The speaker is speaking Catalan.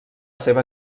seva